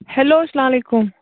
hello اسلام علیکُم